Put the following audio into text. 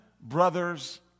brothers